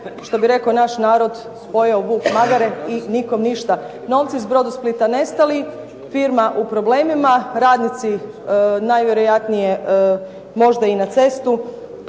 što bi rekao naš narod "pojeo vuk magare i nikom ništa". Novci iz "Brodosplita" nestali, firma u problemima, radnici najvjerojatnije možda i na cestu.